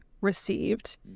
received